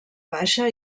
baixa